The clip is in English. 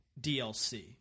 DLC